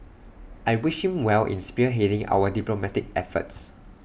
I wish him well in spearheading our diplomatic efforts